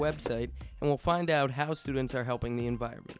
website and find out how students are helping the environment